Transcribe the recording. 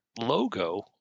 logo